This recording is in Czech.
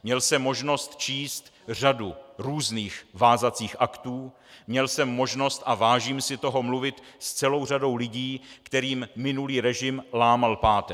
Měl jsem možnost číst řadu různých vázacích aktů, měl jsem možnost, a vážím si toho, mluvit s celou řadou lidí, kterým minulý režim lámal páteř.